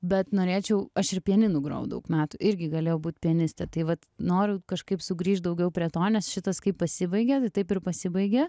bet norėčiau aš ir pianinu grojau daug metų irgi galėjau būt pianiste tai vat noriu kažkaip sugrįšt daugiau prie to nes šitas kaip pasibaigė tai taip ir pasibaigė